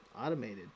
automated